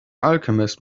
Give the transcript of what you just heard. alchemist